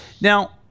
Now